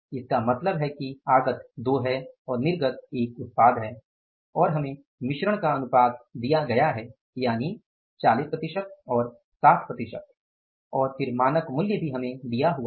इसका मतलब है कि आगत 2 है और निर्गत 1 उत्पाद है और हमें मिश्रण का अनुपात दिया गया है यानि 40 प्रतिशत और 60 प्रतिशत और फिर मानक मूल्य भी हमें दिया हुआ है